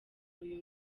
uyu